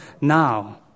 now